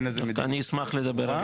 אני אשמח לדבר על זה.